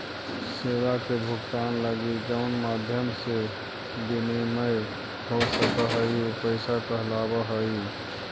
सेवा के भुगतान लगी जउन माध्यम से विनिमय हो सकऽ हई उ पैसा कहलावऽ हई